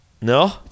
No